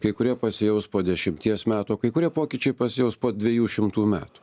kai kurie pasijaus po dešimties metų kai kurie pokyčiai pasijaus po dviejų šimtų metų